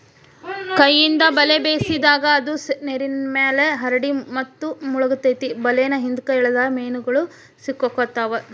ಕೈಯಿಂದ ಬಲೆ ಬೇಸಿದಾಗ, ಅದು ನೇರಿನ್ಮ್ಯಾಲೆ ಹರಡಿ ಮತ್ತು ಮುಳಗತೆತಿ ಬಲೇನ ಹಿಂದ್ಕ ಎಳದಾಗ ಮೇನುಗಳು ಸಿಕ್ಕಾಕೊತಾವ